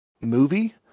movie